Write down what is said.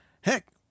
Heck